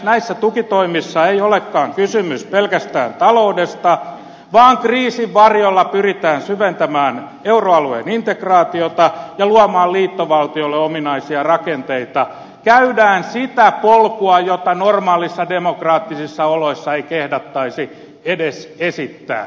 näissä tukitoimissa ei olekaan kysymys pelkästään taloudesta vaan kriisin varjolla pyritään syventämään euroalueen integraatiota ja luomaan liittovaltiolle ominaisia rakenteita käydään sitä polkua jota normaaleissa demokraattisissa oloissa ei kehdattaisi edes esittää